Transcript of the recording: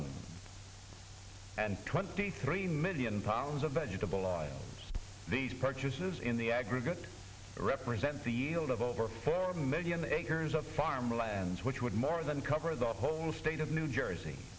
rosin and twenty three million pounds of vegetable oil these purchases in the aggregate represent the yield of over four million acres of farmland which would more than cover the whole state of new jersey